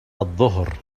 الظهر